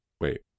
Wait